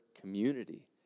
community